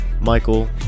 Michael